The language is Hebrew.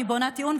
אני בונה טיעון,